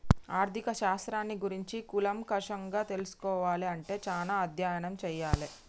ఆర్ధిక శాస్త్రాన్ని గురించి కూలంకషంగా తెల్సుకోవాలే అంటే చానా అధ్యయనం చెయ్యాలే